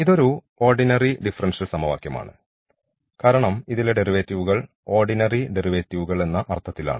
ഇതൊരു ordinary differential സമവാക്യംആണ് കാരണം ഇതിലെ ഡെറിവേറ്റീവുകൾ ഓർഡിനറി ഡെറിവേറ്റീവുകൾ എന്ന അർത്ഥത്തിലാണ്